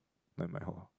like my hall